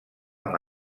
amb